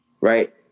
right